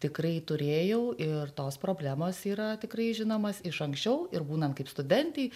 tikrai turėjau ir tos problemos yra tikrai žinomos iš anksčiau ir būnant kaip studentei